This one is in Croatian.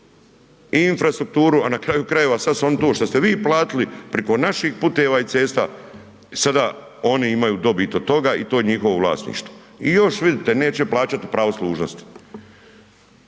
infrastrukturu a na kraju krajeva sad su oni to što ste vi platili, preko naših puteva i cesta i sada oni imaju dobit od toga i to je njihovo vlasništvo i još vidite neće plaćati pravo služnosti.